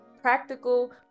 practical